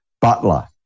butler